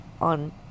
on